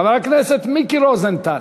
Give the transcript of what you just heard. חבר הכנסת מיקי רוזנטל,